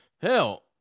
Hell